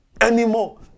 anymore